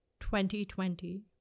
2020